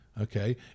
Okay